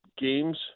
games